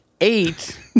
eight